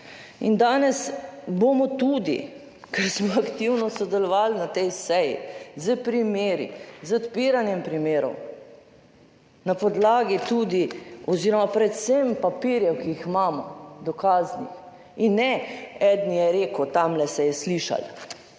in danes bomo tudi, ker smo aktivno sodelovali na tej seji s primeri, z odpiranjem primerov, na podlagi tudi oz. predvsem papirjev, ki jih imamo, dokaznih. In ne, eden je rekel, tamle se je slišalo.